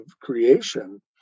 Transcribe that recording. creation